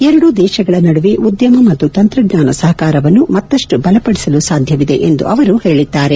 ಎರಡೂ ದೇಶಗಳ ನಡುವೆ ಉದ್ಯಮ ಮತ್ತು ತಂತ್ರಜ್ಞಾನ ಸಪಕಾರವನ್ನು ಮತ್ತಷ್ಟು ಬಲಪಡಿಸಲು ಸಾಧ್ಯವಿದೆ ಎಂದು ಅವರು ಪೇಳಿದ್ದಾರೆ